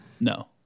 No